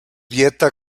dieta